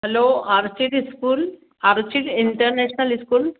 hello orchid school orchid international school